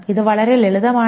ഇത് വളരെ ലളിതമാണ്